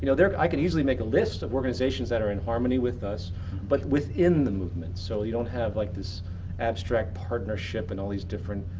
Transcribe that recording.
you know i can easily make a list of organizations that are in harmony with us but within the movement. so you don't have like this abstract partnership and all these different.